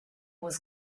was